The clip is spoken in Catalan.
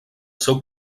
seu